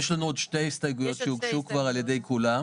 יש לנו עוד שתי הסתייגויות שהוגשו כבר על ידי כולם.